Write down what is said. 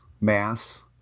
mass